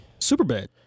Superbad